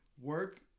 work –